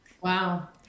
Wow